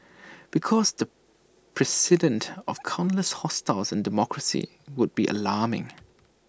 because the precedent of common less hostiles in democracy would be alarming